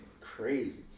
crazy